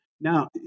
Now